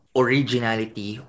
originality